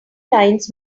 lines